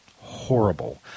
Horrible